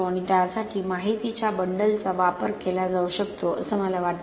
आणि त्यासाठी माहितीच्या बंडलचा वापर केला जाऊ शकतो असे मला वाटते